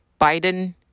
Biden